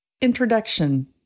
introduction